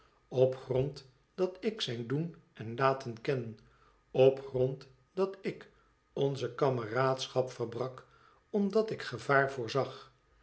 grond dat ik zijn doen en laten ken op grond dat ik onze kameraadschap verbrak omdat ik gevaar voorzag